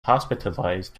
hospitalized